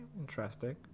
interesting